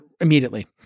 immediately